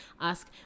ask